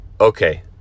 okay